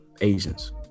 Asians